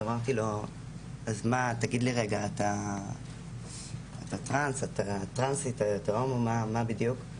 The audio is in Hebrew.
שאלתי אותו אם הוא טרנס, טרנסית או מה בדיוק.